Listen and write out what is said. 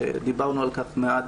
דיברנו על כך מעט,